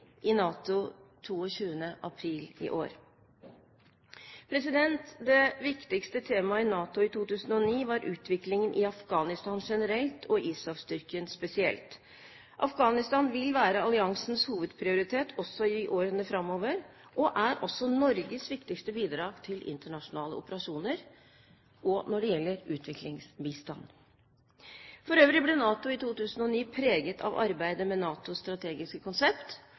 i NATO i Tallinn den 22. april i år. Det viktigste temaet i NATO i 2009 var utviklingen i Afghanistan generelt og ISAF-styrken spesielt. Afghanistan vil være alliansens hovedprioritet også i årene framover og er også Norges viktigste bidrag til internasjonale operasjoner og når det gjelder utviklingsbistand. For øvrig ble NATO i 2009 preget av arbeidet med NATOs strategiske konsept.